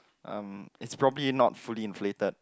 um it's probably not fully inflated